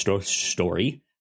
story